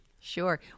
Sure